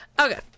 Okay